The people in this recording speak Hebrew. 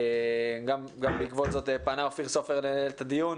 גם בעקבות זאת פנה אופיר סופר לנהל את הדיון,